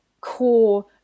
core